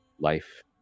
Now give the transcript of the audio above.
Life